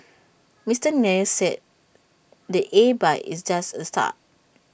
Mister Nair said the A bike is just the start